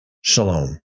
shalom